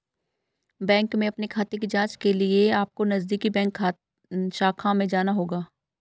bank में अपने खाते की जांच के लिए अपको नजदीकी बैंक शाखा में जाना होगा